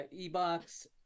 Ebox